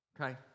Okay